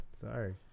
Sorry